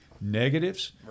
negatives